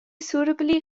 suitably